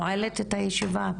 אני נועלת את הישיבה.